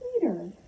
Peter